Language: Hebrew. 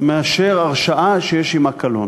מאשר הרשעה שיש עמה קלון.